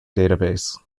database